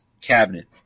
Cabinet